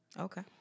Okay